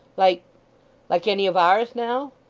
like like any of ours now?